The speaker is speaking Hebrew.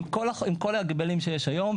עם כל ההגבלים שיש היום.